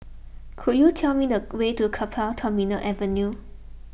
could you tell me the way to Keppel Terminal Avenue